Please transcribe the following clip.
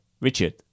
Richard